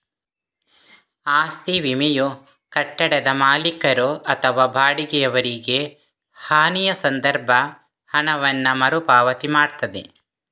ಆಸ್ತಿ ವಿಮೆಯು ಕಟ್ಟಡದ ಮಾಲೀಕರು ಅಥವಾ ಬಾಡಿಗೆಯವರಿಗೆ ಹಾನಿಯ ಸಂದರ್ಭ ಹಣವನ್ನ ಮರು ಪಾವತಿ ಮಾಡ್ತದೆ